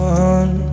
one